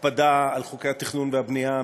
הקפדה על חוקי התכנון והבנייה,